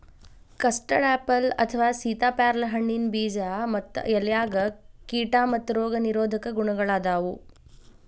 custard apple ಅಥವಾ ಸೇತಾಪ್ಯಾರಲ ಹಣ್ಣಿನ ಬೇಜ ಮತ್ತ ಎಲೆಯಾಗ ಕೇಟಾ ಮತ್ತ ರೋಗ ನಿರೋಧಕ ಗುಣಗಳಾದಾವು